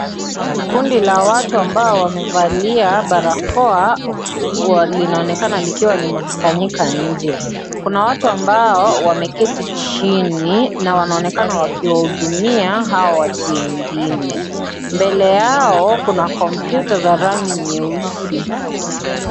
Kundi la watu ambao wamevalia barakoa linaonekana likiwa limekusanyika nje, kuna watu ambao wameketi chini na wanaonekana wakiwahudumia hao watu wengine, mbele yao kuna kompyuta za rangi nyeusi.